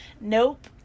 Nope